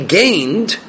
gained